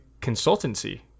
consultancy